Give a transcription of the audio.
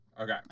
Okay